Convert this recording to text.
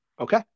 okay